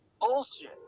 bullshit